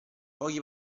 pochi